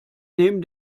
neben